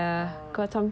oh